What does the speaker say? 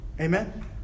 Amen